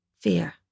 fear